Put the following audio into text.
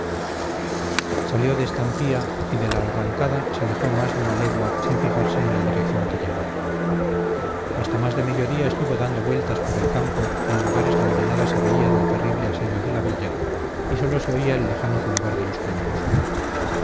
salió de estampía y de la arrancada se alejó más de una legua sin fijarse en la dirección que llevaba hasta más de mediodía estuvo dando vueltas por el campo en lugares donde nada se veía del terrible asedio de la villa y sólo se oía el lejano zumbar de los cañonazos